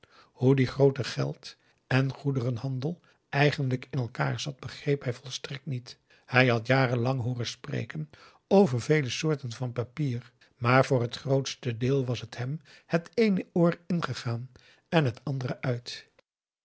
hoe die groote geld en goederenhandel eigenlijk in elkaar zat begreep hij volstrekt niet hij had jaren lang hooren spreken over vele soorten van papier maar voor het grootste deel was t hem het eene oor ingegaan en het andere uit